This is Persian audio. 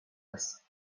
است